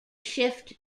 shift